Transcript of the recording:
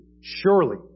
Surely